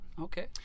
Okay